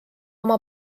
oma